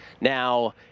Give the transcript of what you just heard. Now